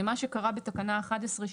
מה שקרה בתקנה 11,